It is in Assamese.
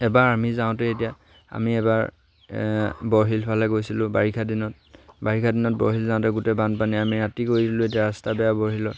এবাৰ আমি যাওঁতে এতিয়া আমি এবাৰ বৰশিলৰফালে গৈছিলোঁ বাৰিষা দিনত বাৰিষা দিনত বৰশিল যাওঁতে গোটেই বানপানী আমি ৰাতি কৰি দিলোঁ এতিয়া ৰাস্তা বেয়া বৰশিলৰ